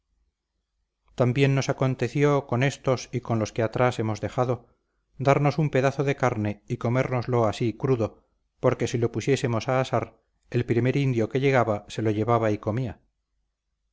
también nos aconteció con estos y con los que atrás hemos dejado darnos un pedazo de carne y comérnoslo así crudo porque si lo pusiéramos a asar el primer indio que llegaba se lo llevaba y comía